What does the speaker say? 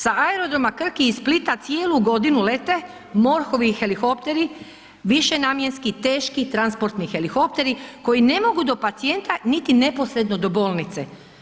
Sa aerodroma Krk i iz Splita cijelu godinu lete MORH-ovi helikopteri, višenamjenski, teški, transportni helikopteri koji ne mogu do pacijenta niti neposredno do bolnice.